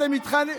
אתם מתחננים.